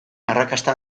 arrakasta